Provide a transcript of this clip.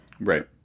Right